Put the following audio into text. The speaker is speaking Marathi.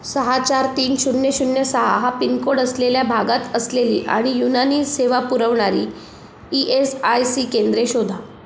सहा चार तीन शून्य शून्य सहा हा पिनकोड असलेल्या भागात असलेली आणि युनानी सेवा पुरवणारी ई एस आय सी केंद्रे शोधा